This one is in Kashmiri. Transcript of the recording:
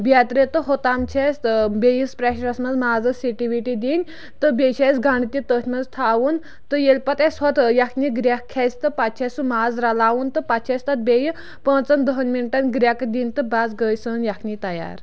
بیترِ تہٕ ہُتام چھِ اَسہِ بیٚیِس پریشرَس منٛز مازَس سٹی وِٹی دِنۍ تہٕ بیٚیہِ چھِ اَسہِ گَنٛڈٕ تہِ تٔتھۍ منٛز تھاوُن تہٕ ییٚلہِ پَتہٕ اَسہِ ہۄتہٕ یَکھنہِ گرٛٮ۪کھ کھٮ۪ژِ تہٕ پَتہٕ چھُ اَسہِ سُہ ماز رَلاوُن تہٕ پَتہٕ چھِ اَسہِ تَتھ بیٚیہِ پانٛژَن دہَن مِنٹَن گرٛٮ۪کہٕ دِنۍ تہٕ بَس گٔے سٲنۍ یَکھنہِ تیار